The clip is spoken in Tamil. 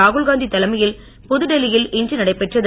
ராகுல்காந்தி தலைமையில் புதுடெல்லியில் இன்று நடைபெற்றது